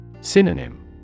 Synonym